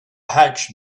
hatch